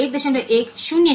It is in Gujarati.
1 ની કિંમત વાંચીશું